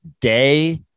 day